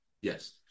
Yes